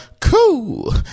Cool